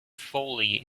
foley